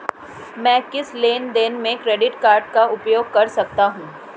मैं किस लेनदेन में क्रेडिट कार्ड का उपयोग कर सकता हूं?